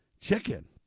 Chicken